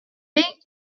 day